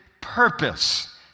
purpose